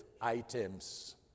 items